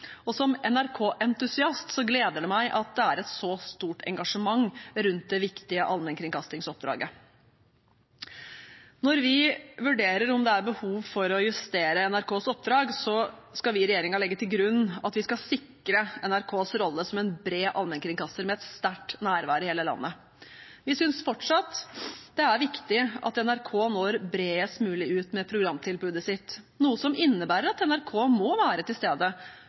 gleder det meg at det er et så stort engasjement rundt det viktige allmennkringkastingsoppdraget. Når vi vurderer om det er behov for å justere NRKs oppdrag, skal vi i regjeringen legge til grunn at vi skal sikre NRKs rolle som en bred allmennkringkaster med et sterkt nærvær i hele landet. Vi synes fortsatt det er viktig at NRK når bredest mulig ut med programtilbudet sitt, noe som innebærer at NRK må være til stede